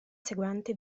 seguente